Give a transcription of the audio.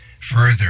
Further